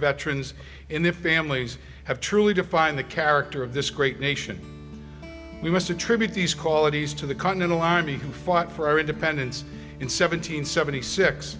veterans and their families have truly define the character of this great nation we must attribute these qualities to the continental army who fought for our independence in seventeen seventy six